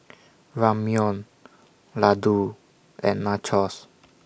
Ramyeon Ladoo and Nachos